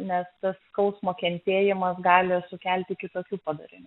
nes skausmo kentėjimas gali sukelti kitokių padarinių